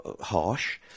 harsh